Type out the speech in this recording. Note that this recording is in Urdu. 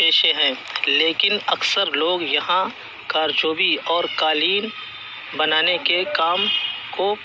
پیشے ہیں لیکن اکثر لوگ یہاں کارچوبی اور قالین بنانے کے کام کو